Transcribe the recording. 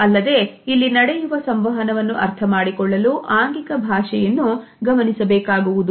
ಅಲ್ಲದೆ ಇಲ್ಲಿ ನಡೆಯುವ ಸಂವಹನವನ್ನು ಅರ್ಥಮಾಡಿಕೊಳ್ಳಲು ಆಂಗಿಕ ಭಾಷೆಯನ್ನು ಗಮನಿಸಬೇಕಾಗುವುದು